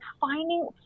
finding